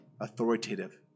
authoritative